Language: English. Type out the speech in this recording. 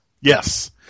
Yes